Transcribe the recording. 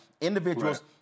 individuals